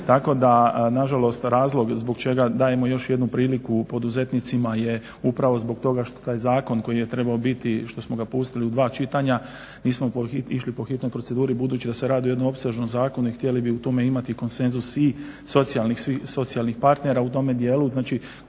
tako da nažalost razlog zbog čega dajemo još jednu priliku poduzetnicima je upravo zbog toga što taj zakon koji je trebao biti što smo ga pustili u dva čitanja nismo išli po hitnoj proceduri budući da se radi o jednom opsežnom zakonu i htjeli bi u tome imati konsenzus i socijalnih svih partnera u tome dijelu, znači